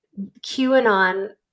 QAnon